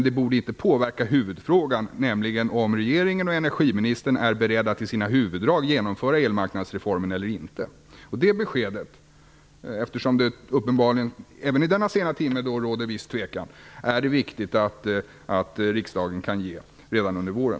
Det borde inte påverka huvudfrågan, nämligen om regeringen och energiministern är beredda att i dess huvuddrag genomföra elmarknadsreformen eller inte. Det beskedet, eftersom det uppenbarligen även i denna sena timme råder viss tvekan, är det viktigt att riksdagen kan få redan under våren.